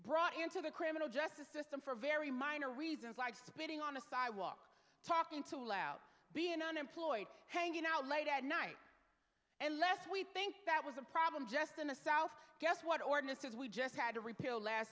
brought into the criminal justice system for very minor reasons like spitting on a sidewalk talking to loud being unemployed hanging out late at night and lest we think that was a problem just in the south guess what ordinances we just had to repeal last